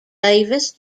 davis